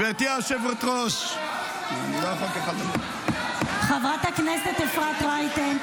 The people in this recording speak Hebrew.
מספר סיפורים ------ חברת הכנסת אפרת רייטן,